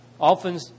often